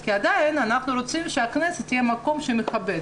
כי עדיין אנחנו רוצים שהכנסת תהיה מקום שמכבד,